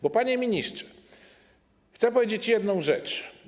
Bo, panie ministrze, chcę powiedzieć jedną rzecz.